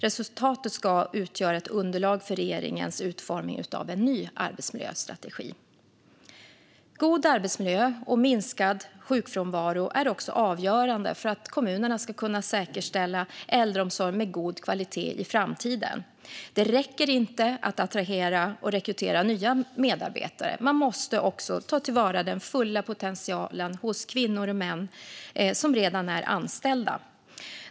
Resultatet ska utgöra ett underlag för regeringens utformning av en ny arbetsmiljöstrategi. God arbetsmiljö och minskad sjukfrånvaro är också avgörande för att kommunerna ska kunna säkerställa äldreomsorg med god kvalitet i framtiden. Det räcker inte att attrahera och rekrytera nya medarbetare. Man måste också ta till vara den fulla potentialen hos kvinnor och män som redan är anställda.